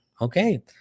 Okay